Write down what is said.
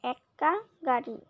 এক্কা গাড়ি